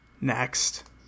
Next